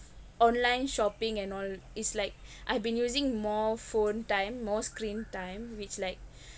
online shopping and all it's like I've been using more phone time more screentime which like